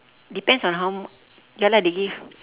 depends on how ya lah they give